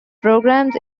programs